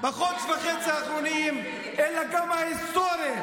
בחודש וחצי האחרונים, אלא גם היסטורית.